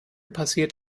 passiert